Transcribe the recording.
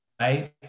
Right